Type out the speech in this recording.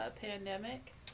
pandemic